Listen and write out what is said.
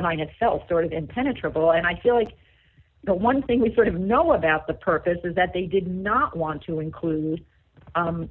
mind itself sort of impenetrable and i feel like the one thing we sort of know about the purpose is that they did not want to include